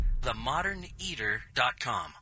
themoderneater.com